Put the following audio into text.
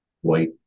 white